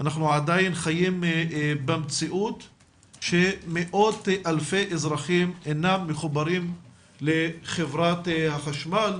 אנחנו עדיין חיים במציאות שמאות אלפי אזרחים אינם מחוברים לחברת החשמל,